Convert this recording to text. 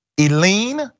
Eileen